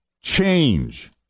change